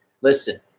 Listen